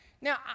Now